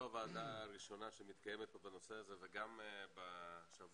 הוועדה הראשונה שמתקיימת פה בנושא הזה וגם בשבוע